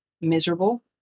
miserable